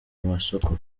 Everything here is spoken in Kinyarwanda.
masoko